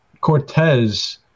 Cortez